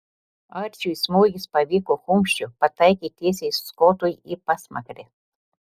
arčiui smūgis pavyko kumščiu pataikė tiesiai skotui į pasmakrę